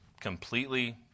completely